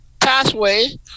pathway